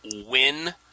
win